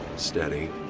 steady,